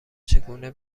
چگونه